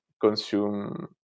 consume